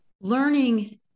Learning